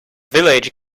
village